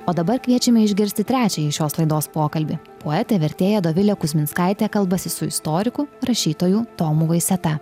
o dabar kviečiame išgirsti trečiąjį šios laidos pokalbį poetė vertėja dovilė kuzminskaitė kalbasi su istoriku rašytoju tomu vaiseta